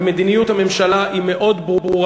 ומדיניות הממשלה היא מאוד ברורה: